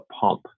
pump